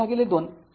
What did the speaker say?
तर१२ L हे ०